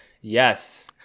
Yes